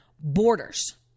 borders